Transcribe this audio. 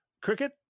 Cricket